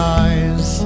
eyes